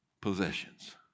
possessions